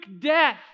death